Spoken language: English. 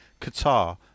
Qatar